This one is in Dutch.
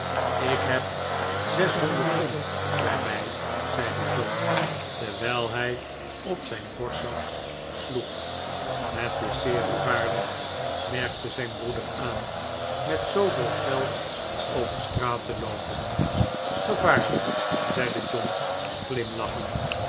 ik heb zeshonderd pondbij mij zeide john terwijl hij op zijn borstzak sloeg het is zeer gevaarlijk merkte zijn broeder aan met zooveel geld over straat te loopen gevaarlijk zeide john glimlachend